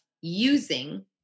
using